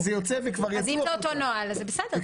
אם זה אותו נוהל, זה בסדר.